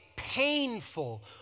painful